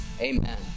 Amen